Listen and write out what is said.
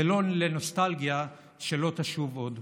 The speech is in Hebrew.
ולא נוסטלגיה שלא תשוב עוד.